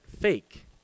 fake